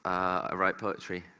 ah write poetry.